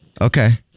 Okay